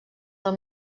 del